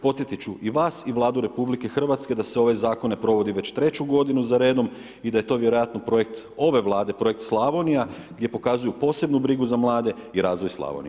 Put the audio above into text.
Podsjetit ću i vas i Vladu RH da se ovaj zakon ne provodi već treću godinu za redom i da je to vjerojatno projekt ove Vlade, Projekt Slavonija gdje pokazuju posebnu brigu za mlade i razvoj Slavonije.